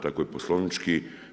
Tako je poslovnički.